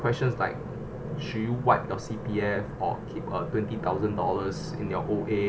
questions like should you wipe your C_P_F or keep a twenty thousand dollars in your O_A